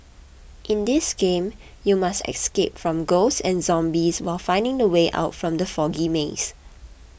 in this game you must escape from ghosts and zombies while finding the way out from the foggy maze